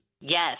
Yes